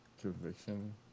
Conviction